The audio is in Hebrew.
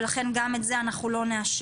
ולכן גם את זה אנחנו לא נאשר.